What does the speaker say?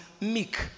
meek